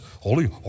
Holy